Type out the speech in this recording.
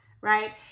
right